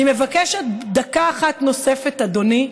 אני מבקשת דקה אחת נוספת, אדוני,